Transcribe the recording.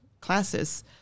classes